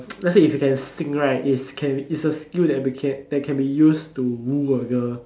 let's say if you can sing right it's can it's a skill that we can that can be used to woo a girl